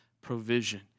provision